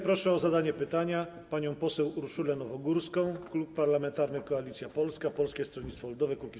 Proszę o zadanie pytania panią poseł Urszulę Nowogórską, Klub Parlamentarny Koalicja Polska - Polskie Stronnictwo Ludowe - Kukiz15.